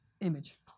image